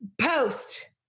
post